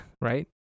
Right